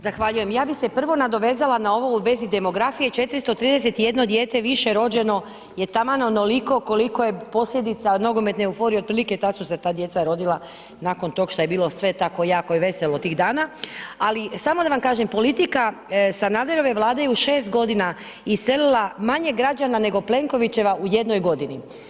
Zahvaljujem, ja bih se prvo nadovezala na ovo u vezi demografije, 431 dijete više rođeno je taman onoliko koliko je posljedica nogometne euforije otprilike tad su se ta djeca rodila nakon tog šta je bilo tako jako i veselo tih dana, ali samo da vam kažem politika Sanaderove vlade je u 6 godina iselila manje građana nego Plenkovićeva u jednoj godini.